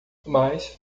mas